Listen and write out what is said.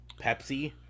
Pepsi